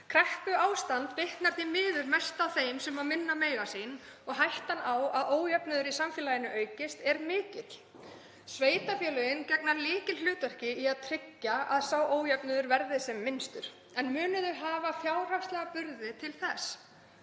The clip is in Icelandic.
Kreppuástand bitnar því miður mest á þeim sem minna mega sín og hættan á að ójöfnuður í samfélaginu aukist er mikil. Sveitarfélögin gegna lykilhlutverki í að tryggja að sá ójöfnuður verði sem minnstur en munu þau hafa fjárhagslega burði til þess?